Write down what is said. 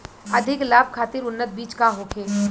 अधिक लाभ खातिर उन्नत बीज का होखे?